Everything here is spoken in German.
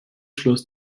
schluss